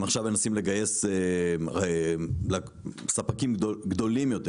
עכשיו מנסים לגייס ספקים גדולים יותר